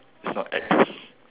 is not X